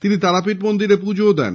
তিনি তারাপীঠ মন্দিরে পুজোও দেন